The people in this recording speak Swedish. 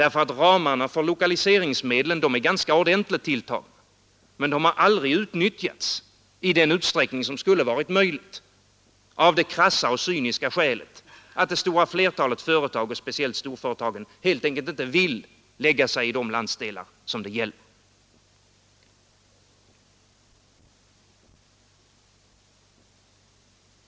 Ramarna för lokaliseringsmedlen är nämligen ganska ordentligt tilltagna, men de har aldrig utnyttjats i den utsträckning som skulle ha varit möjligt, av det krassa och cyniska skälet att det stora flertalet företag och speciellt storföretagen helt enkelt inte vill lägga sig i de landsdelar som det gäller.